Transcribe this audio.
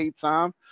time